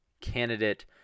candidate